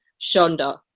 Shonda